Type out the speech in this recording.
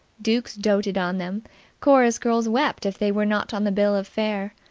dukes doted on them chorus girls wept if they were not on the bill of fare.